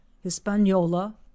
hispaniola